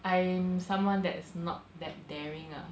I'm someone that's not that daring ah